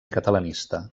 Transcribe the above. catalanista